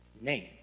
name